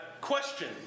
question